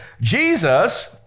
Jesus